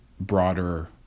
broader